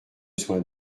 besoin